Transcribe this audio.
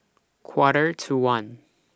Quarter to one